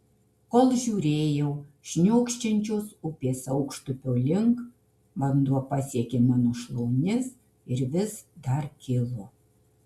kol žiūrėjau šniokščiančios upės aukštupio link vanduo pasiekė mano šlaunis ir vis dar kilo